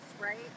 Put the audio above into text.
right